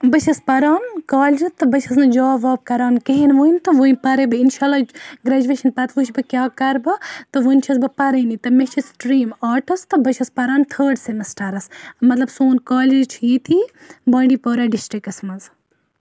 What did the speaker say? بہٕ چھَس پَران کالجہِ تہٕ بہٕ چھَس نہٕ جاب واب کران کِہِیٖنۍ وٕنہِ تہٕ وٕنہِ پَرَے بہٕ اِنشا اللہ گریجویشنہ پَتہٕ وِچھِ بہٕ کیاہ کَرٕ بہٕ تہٕ وٕنہِ چھَس بہٕ پَرٲنی تہٕ مےٚ چھِ سٹریٖم آٹس تہٕ بہٕ چھَس پران تھٲڈ سیٚمِسٹَرَس مَطلَب سون کالج چھُ ییٚتی بانٛڈی پورہ ڈِسٹرکَس مَنٛز